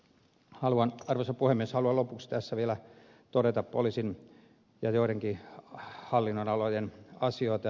haluan arvoisa puhemies lopuksi tässä vielä todeta poliisin ja joidenkin hallinnonalojen asioita